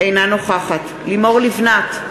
אינה נוכחת לימור לבנת,